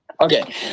okay